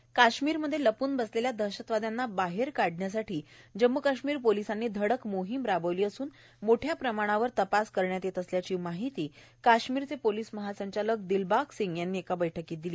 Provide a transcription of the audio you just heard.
ससस काश्मीरमध्ये लपून बसलेल्या दहशतवाद्यांना बाहेर काढण्यासाठी जम्मू काश्मीर पोलिसांनी धडक मोहिम राबवली असूनए मोठ्या प्रमाणावर तपास करण्यात येत असल्याची माहिती काश्मीरचे पोलीस महासंचालक दिलबाग सिंग यांनी एका बैठकीत दिली